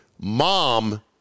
Mom